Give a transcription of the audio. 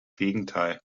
gegenteil